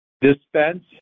Dispense